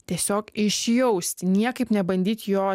tiesiog išjausti niekaip nebandyt jo